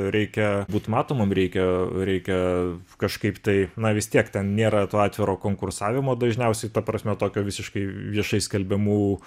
reikia būt matomam reikia reikia kažkaip tai na vis tiek ten nėra to atviro konkursavimo dažniausia ta prasme tokio visiškai viešai skelbiamų